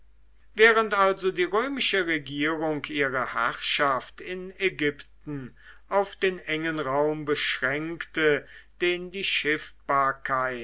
während also die römische regierung ihre herrschaft in ägypten auf den engen raum beschränkte den die